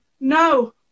No